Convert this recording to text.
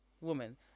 woman